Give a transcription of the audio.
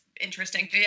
interesting